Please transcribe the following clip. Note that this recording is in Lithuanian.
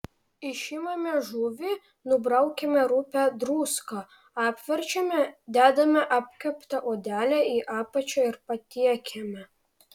išimame žuvį nubraukiame rupią druską apverčiame dedame apkepta odele į apačią ir patiekiame